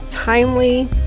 timely